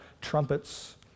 trumpets